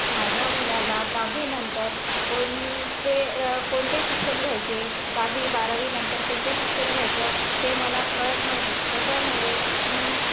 माझ्या मुलाला दहावीनंतर कोणते कोणते शिक्षण घ्यायचे दहावी बारावीनंतर कोणते शिक्षण घ्यायचं हे मला कळत नव्हते त्याच्यामुळे मी